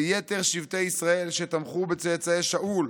ליתר שבטי המלך, שתמכו בצאצאי שאול.